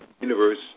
universe